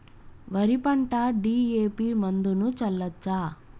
వరి పంట డి.ఎ.పి మందును చల్లచ్చా?